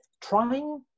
trying